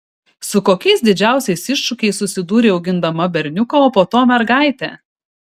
su kokiais didžiausiais iššūkiais susidūrei augindama berniuką o po to mergaitę